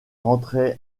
rentrait